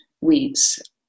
weeds